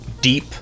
deep